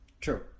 true